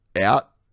out